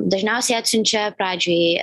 dažniausiai atsiunčia pradžioj